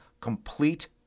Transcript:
Complete